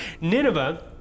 Nineveh